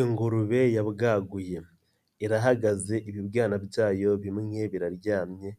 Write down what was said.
Ingurube ya bwaguye irahagaze ibibwana byayo bimwe biraryamye